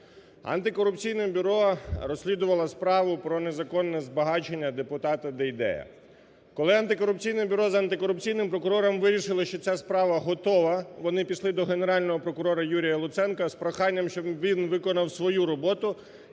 Антикорупційне бюро розслідувало справу про незаконне збагачення депутата Дейдея. Коли Антикорупційне бюро з антикорупційним прокурором вирішили, що ця справа готова, вони пішли до Генерального прокурора Юрія Луценка з проханням, щоб він виконав свою роботу,